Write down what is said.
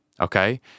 Okay